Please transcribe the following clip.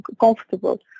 comfortable